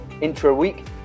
Intra-week